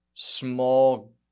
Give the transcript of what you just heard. Small